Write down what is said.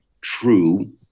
true